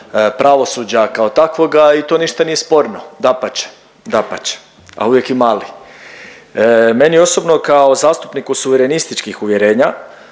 pravosuđa kao takvoga i to ništa nije sporno. Dapače, dapače, a uvijek ali. Meni osobno kao zastupniku suverenističkih uvjerenja